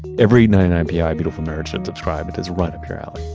every ninety nine pi beautiful nerd should subscribe. it is right up your alley.